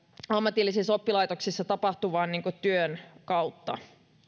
ammatillisissa oppilaitoksissa tapahtuvan kaksi plus yksi työn kautta